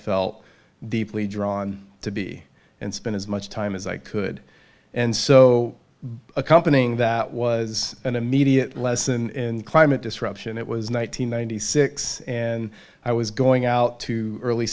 felt deeply drawn to be and spend as much time as i could and so accompanying that was an immediate lesson in climate disruption it was nine hundred ninety six and i was going out to early